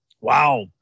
Wow